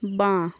বাঁ